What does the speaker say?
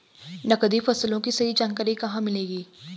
नकदी फसलों की सही जानकारी कहाँ मिलेगी?